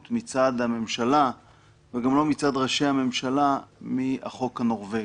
מצד הממשלה וגם מצד ראשי הממשלה מהחוק הנורווגי.